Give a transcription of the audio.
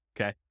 okay